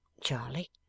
Charlie